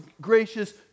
gracious